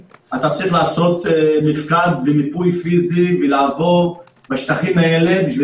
אתה צריך לעשות מפקד ומיפוי פיזי ולעבור בשטחים האלה בשביל